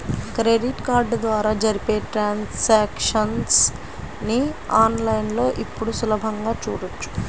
credit card ద్వారా జరిపే transactions ని ఆన్ లైన్ లో ఇప్పుడు సులభంగా చూడొచ్చు